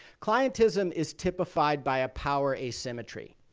clientism is typified by a power asymmetry.